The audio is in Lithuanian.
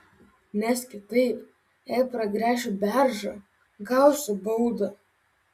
nes kitaip jei pragręšiu beržą gausiu baudą